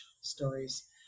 stories